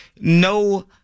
no